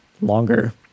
longer